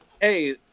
hey